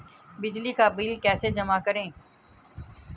बिजली का बिल कैसे जमा करें?